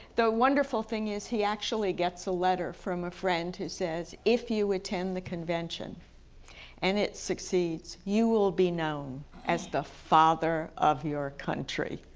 the wonderful thing is he actually gets a letter from a friend who says if you attend the convention and it succeeds you will be known as the father of your country.